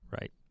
Right